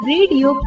Radio